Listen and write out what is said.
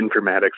informatics